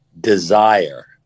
Desire